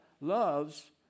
loves